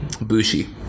Bushi